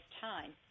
time